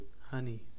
Honey